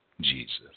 Jesus